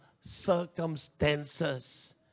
circumstances